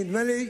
יפונה?